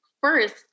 first